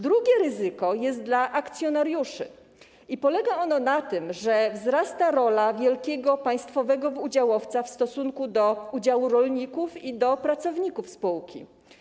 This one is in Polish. Drugie ryzyko jest dla akcjonariuszy i polega ono na tym, że wzrasta rola wielkiego państwowego udziałowca w stosunku do udziałów rolników i pracowników spółki.